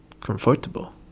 comfortable